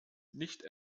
nicht